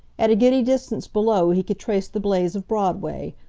at a giddy distance below he could trace the blaze of broadway,